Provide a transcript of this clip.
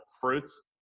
fruits